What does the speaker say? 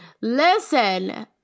listen